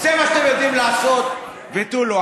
זה מה שאתם יודעים לעשות ותו לא.